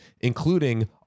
including